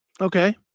Okay